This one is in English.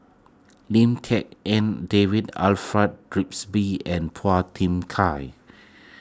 Lim Tik En David Alfred and Phua Thin Kiay